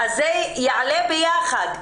זה יעלה ביחד,